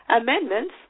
Amendments